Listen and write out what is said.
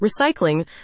recycling